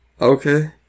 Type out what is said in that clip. Okay